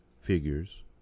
figures